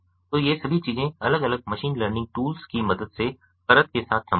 तो ये सभी चीजें अलग अलग मशीन लर्निंग टूल्स की मदद से परत के साथ संभव हैं